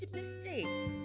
mistakes